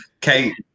Kate